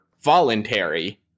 voluntary